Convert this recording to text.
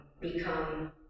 become